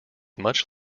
much